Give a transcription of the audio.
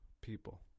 people